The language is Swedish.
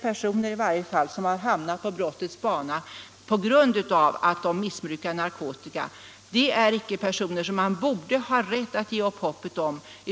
Personer som hamnat på brottets bana på grund av att de missbrukar narkotika borde man inte ha rätt att ge upp hoppet om.